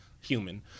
Human